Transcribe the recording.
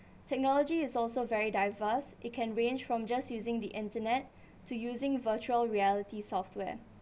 technology is also very diverse it can range from just using the internet to using virtual reality software